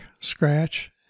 scratch